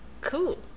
Cool